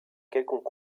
quelconque